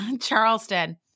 Charleston